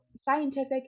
scientific